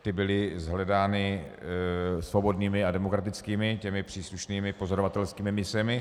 Ty byly shledány svobodnými a demokratickými příslušnými pozorovatelskými misemi.